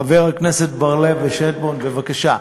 חברי הכנסת בר-לב ושטבון, בבקשה.